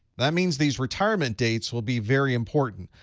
that means these retirement dates will be very important.